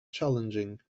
challenging